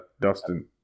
Dustin